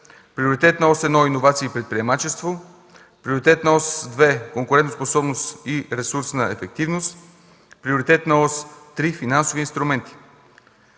Приоритетна ос 1 „Иновации и предприемачество”, Приоритетна ос 2 „Конкурентоспособност и ресурсна ефективност”, Приоритетна ос 3 „Финансови инструменти”.